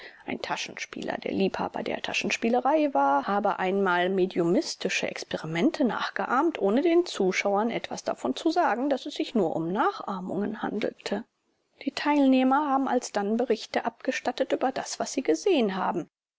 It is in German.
ein taschenspieler der liebhaber der taschenspielerei war habe einmal mediumistische experimente nachgeahmt ohne den zuschauern etwas davon zu sagen daß es sich nur um nachahmungen handelte die teilnehmer haben alsdann berichte abgestattet über das was sie gesehen haben